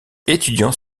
étudiant